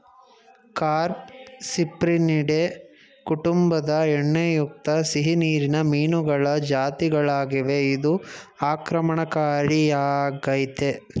carp Cyprinidae ಕುಟುಂಬದ ಎಣ್ಣೆಯುಕ್ತ ಸಿಹಿನೀರಿನ ಮೀನುಗಳ ಜಾತಿಗಳಾಗಿವೆ ಇದು ಆಕ್ರಮಣಕಾರಿಯಾಗಯ್ತೆ